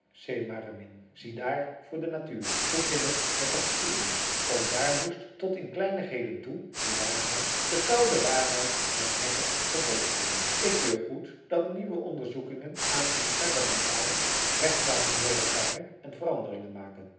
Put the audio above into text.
seemaremin ziedaar voor de natuur hoe ging het met de geschiedenis ook dààr moest tot in kleinigheden toe de waarheid de koude waarheid hardnekkig vervolgd worden ik keur goed dat nieuwe onderzoekingen aan een sardanapalus recht laten wedervaren en veranderingen maken